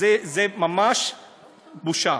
זו ממש בושה.